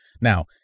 Now